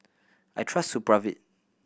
I trust Supravit